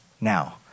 now